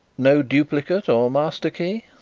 no duplicate or master-key?